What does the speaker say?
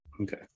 Okay